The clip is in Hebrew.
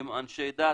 אנשי דת.